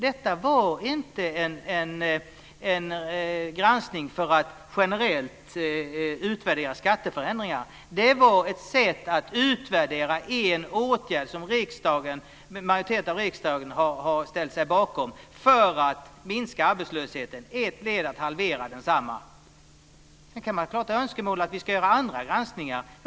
Det var inte en granskning för att generellt utvärdera skatteförändringar. Det var ett sätt att utvärdera en åtgärd som en majoritet av riksdagen har ställt sig bakom för att minska arbetslösheten - ett led i arbetet med att halvera densamma. Man kan ha önskemål om att vi ska göra andra granskningar.